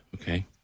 okay